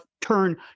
turn